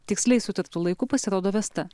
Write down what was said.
tiksliai sutartu laiku pasirodo vesta